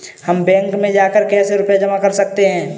हम बैंक में जाकर कैसे रुपया जमा कर सकते हैं?